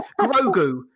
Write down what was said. Grogu